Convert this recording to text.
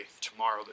tomorrow